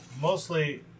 Mostly